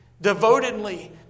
devotedly